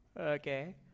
Okay